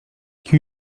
qui